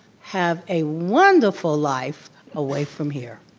have a wonderful life away from here.